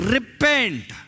Repent